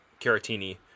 Caratini